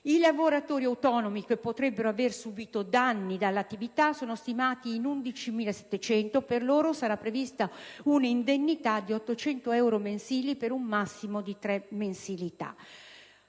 I lavoratori autonomi che potrebbero aver subito danni all'attività sono stimati in 11.700; per loro sarà prevista un'indennità di 800 euro mensili per un massimo di tre mensilità.